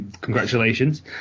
congratulations